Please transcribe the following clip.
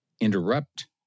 interrupt